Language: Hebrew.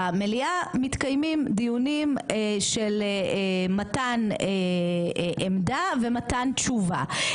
במליאה מתקיימים דיונים של מתן עמדה ומתן תשובה,